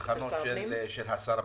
שולחן שר הפנים,